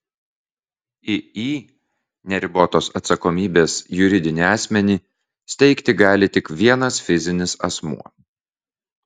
iį neribotos atsakomybės juridinį asmenį steigti gali tik vienas fizinis asmuo